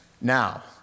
Now